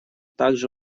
также